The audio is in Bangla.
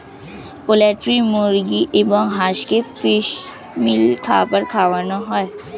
পোল্ট্রি মুরগি এবং হাঁসকে ফিশ মিল খাবার খাওয়ানো হয়